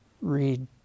read